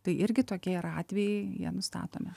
tai irgi tokie yra atvejai jie nustatomi